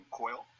coil